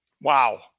Wow